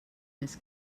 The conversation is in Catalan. més